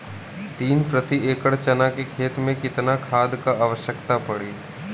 तीन प्रति एकड़ चना के खेत मे कितना खाद क आवश्यकता पड़ी?